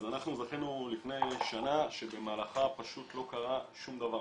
אז אנחנו זכינו לפני שנה שבמהלכה פשוט לא קרה שום דבר.